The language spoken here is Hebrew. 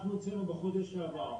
אנחנו הוצאנו בחודש שעבר,